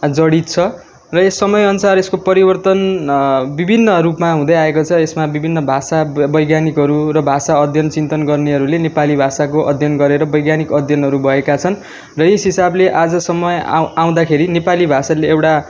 जडित छ र यो समय अनुसार यसको परिवर्तन विभिन्न रूपमा हुँदै आएको छ यसमा विभिन्न भाषा वैज्ञानिकहरू र भाषा अध्ययन चिन्तन गर्नेहरूले नेपाली भाषाको अध्ययन गरेर वैज्ञानिक अध्ययनहरू भएका छन् र यस हिसाबले आजसम्म आउँ आउँदाखेरि नेपाली भाषाले एउटा